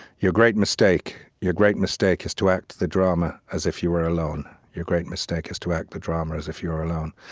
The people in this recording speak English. your great mistake your great mistake is to act the drama as if you were alone. your great mistake is to act the drama as if you were alone.